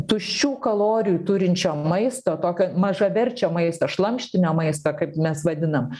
tuščių kalorijų turinčio maisto tokio mažaverčio maisto šlamštinio maisto kaip mes vadinam